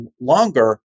longer